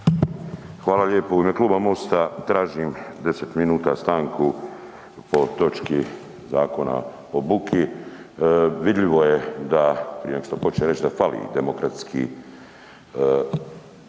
Hvala lijepo. U ime Kluba MOST-a tražim 10 minuta stanku o točki Zakona o buki. Vidljivo je da, prije nego što počnem